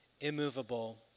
immovable